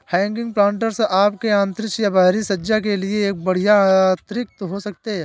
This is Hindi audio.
हैगिंग प्लांटर्स आपके आंतरिक या बाहरी सज्जा के लिए एक बढ़िया अतिरिक्त हो सकते है